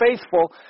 faithful